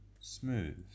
smooth